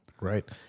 Right